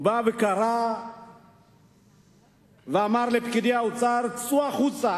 הוא בא וקרא ואמר לפקידי האוצר: צאו החוצה.